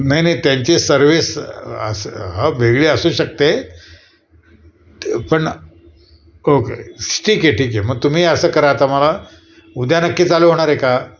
नाही नाही त्यांची सर्विस अस ह वेगळी असू शकते पण ओके ठीक आहे ठीक आहे मग तुम्ही असं करा आता मला उद्या नक्की चालू होणार आहे का